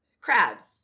Crabs